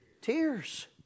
Tears